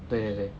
对对对